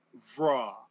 Vra